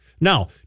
Now